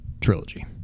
trilogy